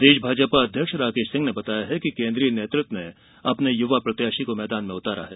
प्रदेश भाजपा अध्यक्ष राकेश सिंह ने बताया है कि केन्द्रीय नेतृत्व ने युवा प्रत्याशी को मैदान में उतारा है